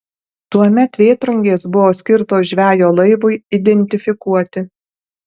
tuomet vėtrungės buvo skirtos žvejo laivui identifikuoti